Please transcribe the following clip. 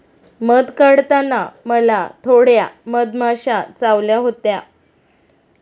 मध काढताना मला थोड्या मधमाश्या चावल्या होत्या